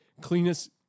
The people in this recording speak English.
Cleanest